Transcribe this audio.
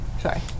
Sorry